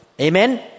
Amen